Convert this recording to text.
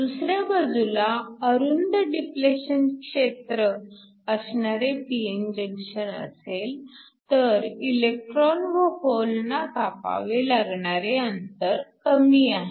दुसऱ्या बाजूला अरुंद डिप्लेशन क्षेत्र असणारे p n जंक्शन असेल तर इलेक्ट्रॉन व होलना कापावे लागणारे अंतर कमी आहे